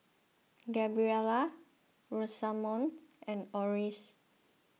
Gabriela Rosamond and Orris